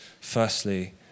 firstly